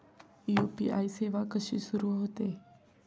UPI सेवा कशी सुरू होते?